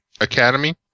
Academy